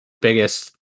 biggest